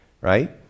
right